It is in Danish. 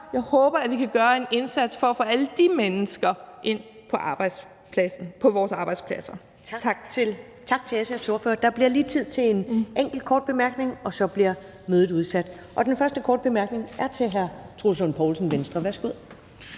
jeg håber, at vi kan gøre en indsats for at få alle de mennesker ind på vores arbejdspladser.